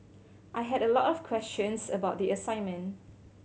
I had a lot of questions about the assignment